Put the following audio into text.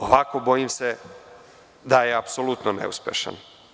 Ovako, bojim se da je apsolutno neuspešan.